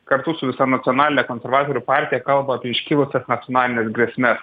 kartu su visa nacionaline konservatorių partija kalba apie iškilusias nacionalines grėsme